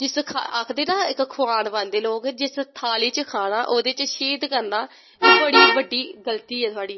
जिस आखदे ना खोआन पांदे लोग जिस थाली च खाना ओह्दे च शेद करना एह् बड़ी बड्डी गल्ती ऐ थोआढ़ी